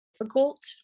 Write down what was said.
difficult